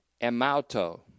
emauto